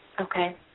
Okay